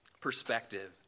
Perspective